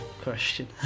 question